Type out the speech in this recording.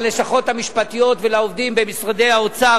ללשכות המשפטיות ולעובדים במשרדי האוצר,